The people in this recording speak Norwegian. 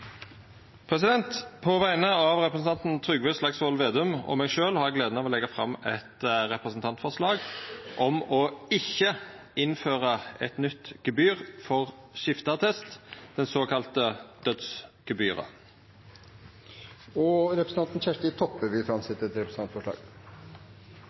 På vegner av representanten Trygve Slagsvold Vedum og meg sjølv har eg gleda av å leggja fram eit representantforslag om ikkje å innføra nytt gebyr for skifteattest, det såkalla dødsgebyret. Representanten Kjersti Toppe vil